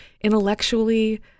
intellectually